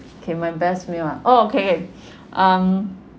okay my best meal ah oh okay okay um